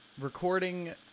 recording